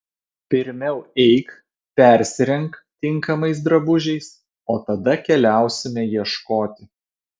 pirmiau eik persirenk tinkamais drabužiais o tada keliausime ieškoti